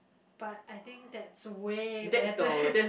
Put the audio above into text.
but I think that's way better